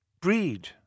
breed